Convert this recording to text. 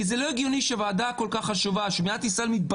שלום לכולם, תודה רבה.